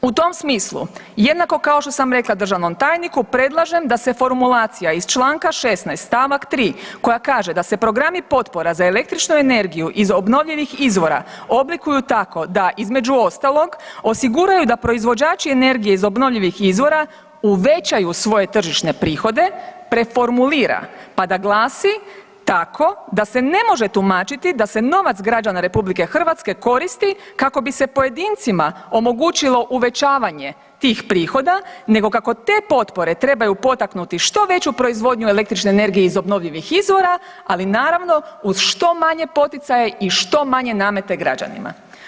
U tom smislu jednako kao što sam rekla državnom tajniku, predlažem da se formulacija iz Članka 16. stavak 3. koja kaže da se programi potpora za električnu energiju iz obnovljivih izvora obliku tako da između ostalog osiguraju da proizvođači energije iz obnovljivih izvora uvećaju svoje tržišne prihode, preformulira pa da glasi tako da se ne može tumačiti da se novac građana RH koristi kako bi se pojedincima omogućilo uvećavanje tih prihoda, nego kako te potpore trebaju potaknuti što veću proizvodnju električne energije iz obnovljivih izvora, ali naravno uz što manje poticaja i što manje nameta građanima.